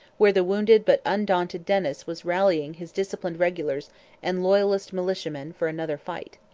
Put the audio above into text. where the wounded but undaunted dennis was rallying his disciplined regulars and loyalist militiamen for another fight.